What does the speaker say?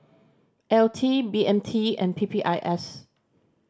L T B M T and P P I S